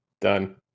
Done